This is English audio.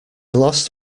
lost